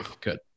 Good